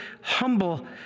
humble